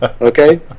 Okay